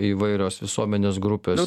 įvairios visuomenės grupės